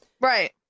Right